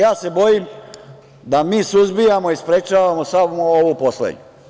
Ja se bojim da mi suzbijanju i sprečavamo samo ovu poslednju.